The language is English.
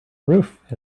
roof